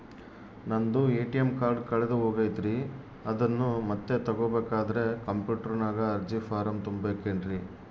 ನಂದು ATM card ಕಳೆದು ಹೋಗೈತ್ರಿ ಅದನ್ನು ಮತ್ತೆ ತಗೋಬೇಕಾದರೆ ಕಂಪ್ಯೂಟರ್ ನಾಗ ಅರ್ಜಿ ಫಾರಂ ತುಂಬಬೇಕನ್ರಿ?